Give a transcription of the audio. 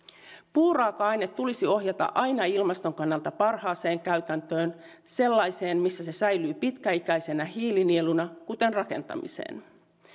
puuraaka aine tulisi ohjata aina ilmaston kannalta parhaaseen käytäntöön sellaiseen missä se säilyy pitkäikäisenä hiilinieluna kuten rakentamiseen